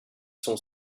sont